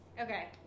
Okay